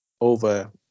over